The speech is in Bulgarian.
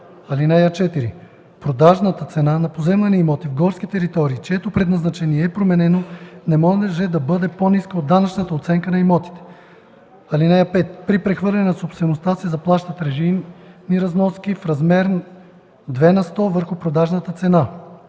(4) Продажната цена на поземлени имоти в горски територии, чието предназначение е променено, не може да бъде по-ниска от данъчната оценка на имотите. (5) При прехвърляне на собствеността се заплащат режийни разноски в размер 2 на сто върху продажната цена.”;